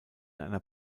einer